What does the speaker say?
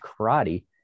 karate